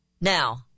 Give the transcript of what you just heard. Now